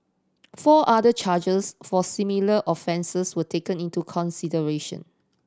four other charges for similar offences were taken into consideration